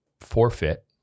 forfeit